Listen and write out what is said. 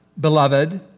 beloved